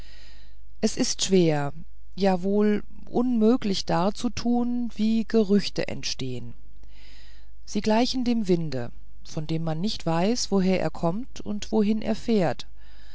es ist schwer ja wohl unmöglich darzutun wie gerüchte entstehen sie gleichen dem winde von dem man nicht weiß woher er kommt und wohin er fährt